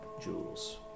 Jules